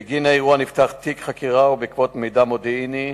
בגין האירוע נפתח תיק חקירה ובעקבות מידע מודיעיני